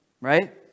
Right